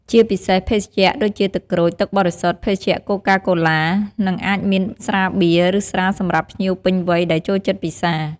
ជាពិសេសភេសជ្ជៈដូចជាទឹកក្រូច ទឹកបរិសុទ្ធ ភេសជ្ជៈកូកា-កូឡា និងអាចមានស្រាបៀរ ឬស្រាសម្រាប់ភ្ញៀវពេញវ័យដែលចូលចិត្តពិសារ។